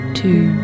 two